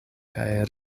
kaj